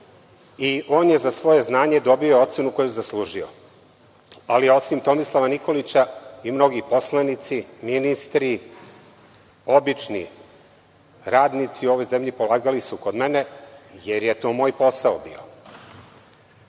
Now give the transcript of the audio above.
i on je za svoje znanje dobio ocenu koju je zaslužio, ali osim Tomislava Nikolića i mnogi poslanici, ministri, obični radnici u ovoj zemlji polagali su kod mene, jer je to moj posao bio. Kažu